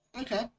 Okay